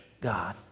God